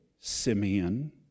Simeon